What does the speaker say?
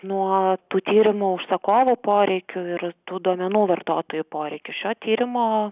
nuo tų tyrimų užsakovų poreikių ir tų duomenų vartotojų poreikių šio tyrimo